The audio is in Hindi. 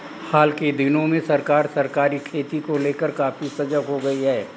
हाल के दिनों में सरकार सहकारी खेती को लेकर काफी सजग हो गई है